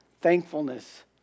thankfulness